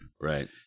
Right